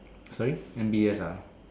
sorry M_B_S ah